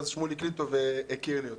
אז שמוליק ליטוב הכיר לי אותה.